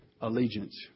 allegiance